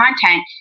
content